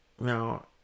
Now